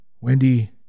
Wendy